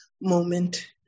moment